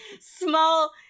Small